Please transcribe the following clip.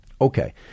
Okay